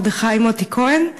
מרדכי מוטי כהן,